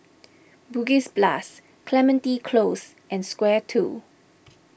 Bugis Plus Clementi Close and Square two